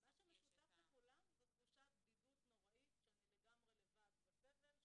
מה שמשותף לכולם זאת תחושת בדידות נוראית שאני לגמרי לבד בסבל,